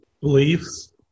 beliefs